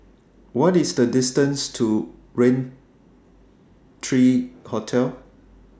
What IS The distance to Raintr thirty three Hotel